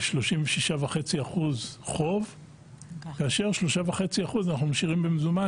ו-36.5% כאשר 3.5% אנחנו משאירים במזומן